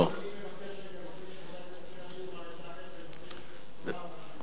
אני מבקש לומר משהו, בבקשה.